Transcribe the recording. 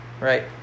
right